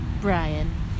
Brian